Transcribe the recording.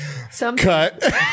Cut